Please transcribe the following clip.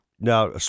now